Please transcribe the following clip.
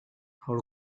how